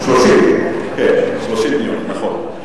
30 ביוני, נכון.